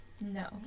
No